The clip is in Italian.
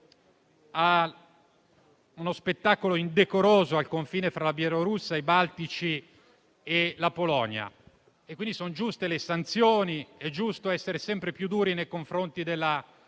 a uno spettacolo indecoroso al confine fra la Bielorussia, i Paesi baltici e la Polonia. Sono giuste le sanzioni, è giusto essere sempre più duri nei confronti della